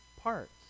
parts